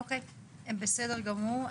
אוקיי, בסדר גמור.